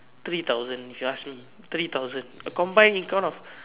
three thousand if you ask me three thousand a combine income of